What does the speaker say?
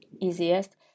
easiest